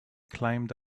climbed